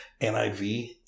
NIV